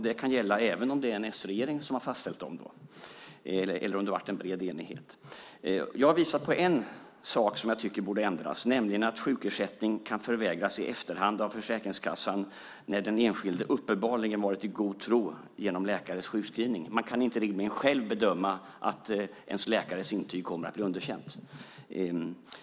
Det kan gälla även om det är en s-regering som har fastställt dem eller om det har varit bred enighet. Jag har visat en sak som jag tycker borde ändras, nämligen att sjukersättning kan förvägras i efterhand av Försäkringskassan när den enskilde uppenbarligen varit i god tro genom läkares sjukskrivning. Man kan inte rimligen själv bedöma att ens läkares intyg kommer att bli underkänt.